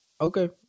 Okay